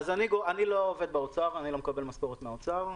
אני לא עובד באוצר, לא מקבל משכורת מהאוצר.